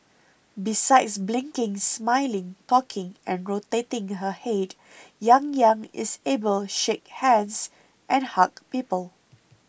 besides blinking smiling talking and rotating her head Yang Yang is able shake hands and hug people